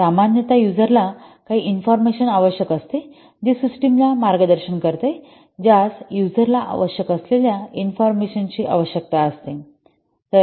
सामान्यत यूजर ला काही इन्फॉर्मेशन आवश्यक असते जी सिस्टमला मार्गदर्शन करते ज्यास यूजर ला आवश्यक असलेल्या इन्फॉर्मेशनची आवश्यकता असते